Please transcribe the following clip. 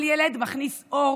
כל ילד מכניס אור